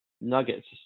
nuggets